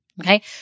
Okay